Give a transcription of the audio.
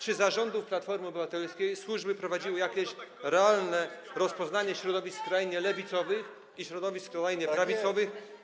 Czy za rządów Platformy Obywatelskiej służby prowadziły [[Poruszenie na sali]] jakieś realne rozpoznanie środowisk skrajnie lewicowych i środowisk skrajnie prawicowych?